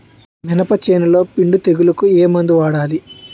మినప చేనులో పిండి తెగులుకు ఏమందు వాడాలి?